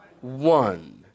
One